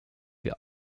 wir